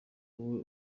wowe